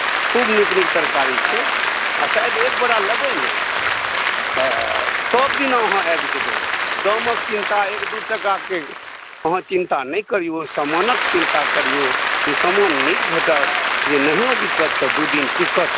खूब नीक नीक तरकारी छै आ शायद एक बोरा लेबै ने तऽ सभदिन अहाँ आबि जेबै दामक चिन्ता एक दू टाकाके अहाँ चिन्ता नहि करियौ सामानक चिन्ता करियौ जे सामान नीक भेटत जे नहिओ बिकत दू दिन टिकत